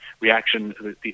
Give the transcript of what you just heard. reaction